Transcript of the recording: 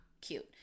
cute